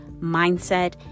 mindset